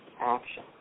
action